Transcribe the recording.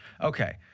Okay